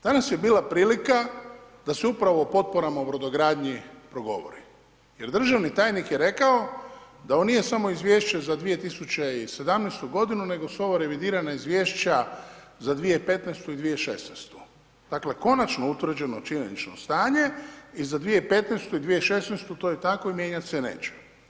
Danas je bila prilika da se upravo o potporama u brodogradnji progovori, jel državni tajnik je rekao da ovo nije samo izvješće za 2017.g., nego su ovo revidirana izvješća za 2015. i 2016., dakle, konačno utvrđeno činjenično stanje i za 2015. i 2016. i to je tako i mijenjat se neće.